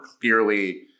clearly